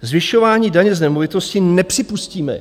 Zvyšování daně z nemovitosti nepřipustíme.